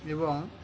এবং